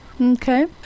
Okay